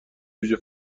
جوجه